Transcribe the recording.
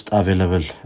available